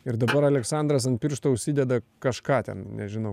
ir dabar aleksandras ant piršto užsideda kažką ten nežinau